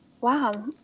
wow